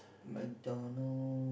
MacDonald